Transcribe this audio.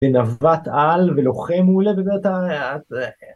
‫בנווט-על ולוחם מעולה ובאמת....